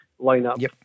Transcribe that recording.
lineup